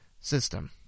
system